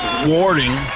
warning